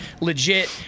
legit